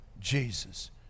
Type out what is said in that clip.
Jesus